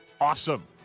awesome